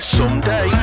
someday